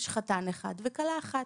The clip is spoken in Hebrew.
יש חתן אחד וכלה אחת.